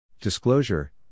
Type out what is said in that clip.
Disclosure